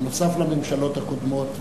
נוסף על הממשלות הקודמות,